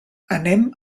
anem